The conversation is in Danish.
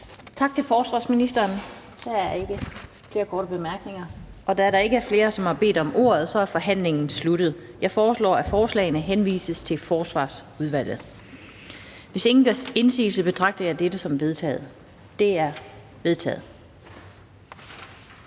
Tak til forsvarsministeren. Der er ikke flere korte bemærkninger. Da der ikke er flere, som har bedt om ordet, er forhandlingen sluttet. Jeg foreslår, at forslagene henvises til Forsvarsudvalget. Hvis ingen gør indsigelse, betragter jeg dette som vedtaget. Det er vedtaget.